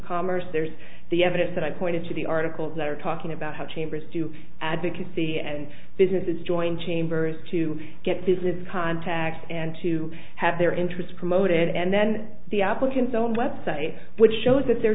commerce there's the evidence that i pointed to the articles that are talking about how chambers do advocacy and businesses join chambers to get business contacts and to have their interests promoted and then the applicant's own website which shows that they're